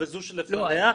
וזו שלפניה,